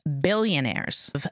billionaires